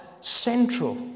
central